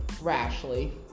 rashly